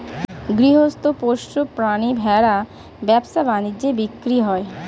গৃহস্থ পোষ্য প্রাণী ভেড়া ব্যবসা বাণিজ্যে বিক্রি হয়